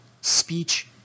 Speech